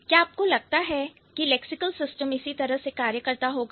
क्या आपको लगता है कि लैक्सिकल सिस्टम इसी तरह से कार्य करता होगा